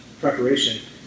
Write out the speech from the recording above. preparation